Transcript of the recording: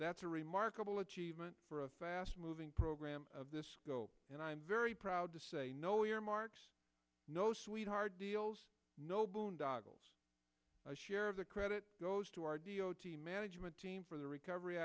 that's a remarkable achievement for a fast moving program of this scope and i'm very proud to say no earmarks no sweetheart deals no boondoggles share of the credit goes to our d o t management team for the recovery